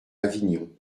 avignon